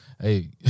Hey